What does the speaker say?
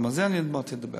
גם על זה אני עוד מעט אדבר.